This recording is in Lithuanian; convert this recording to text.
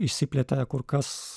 išsiplėtė kur kas